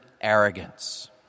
arrogance